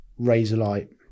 Razorlight